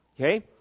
Okay